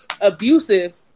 abusive